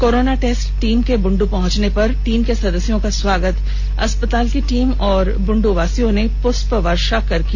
corona test team के बुंडू पहुंचने पर टीम के सदस्यों का स्वागत अस्पताल टीम एवं बुंडुवासियों ने प्रष्प वर्षा कर किया